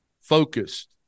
focused